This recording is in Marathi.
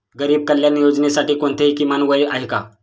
गरीब कल्याण योजनेसाठी कोणतेही किमान वय आहे का?